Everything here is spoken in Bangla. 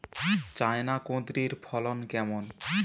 চায়না কুঁদরীর ফলন কেমন?